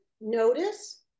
notice